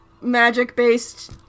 magic-based